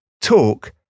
Talk